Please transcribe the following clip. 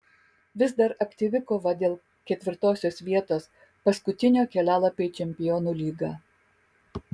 vis dar aktyvi kova dėl ketvirtosios vietos paskutinio kelialapio į čempionų lygą